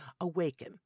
awaken